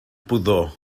pudor